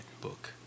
book